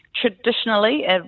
traditionally